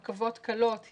רכבות קלות,